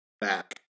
back